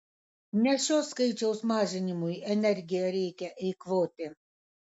ne šio skaičiaus mažinimui energiją reikia eikvoti